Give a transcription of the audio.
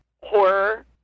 horror